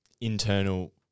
internal